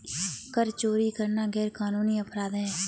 कर चोरी करना गैरकानूनी अपराध है